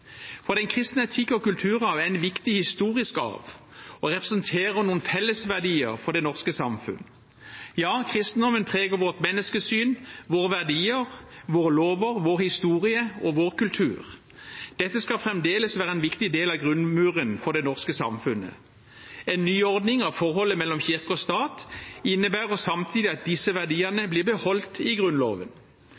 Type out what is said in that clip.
for den kristne etikk og kulturarv er en viktig historisk arv og representerer noen fellesverdier for det norske samfunn. Ja, kristendommen preger vårt menneskesyn, våre verdier, våre lover, vår historie og vår kultur. Dette skal fremdeles være en viktig del av grunnmuren for det norske samfunnet. En nyordning av forholdet mellom kirke og stat innebærer samtidig at disse verdiene